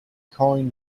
coin